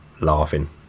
laughing